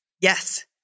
Yes